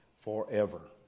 forever